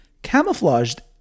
camouflaged